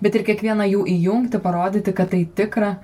bet ir kiekvieną jų įjungti parodyti kad tai tikra